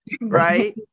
right